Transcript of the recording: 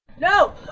No